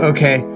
Okay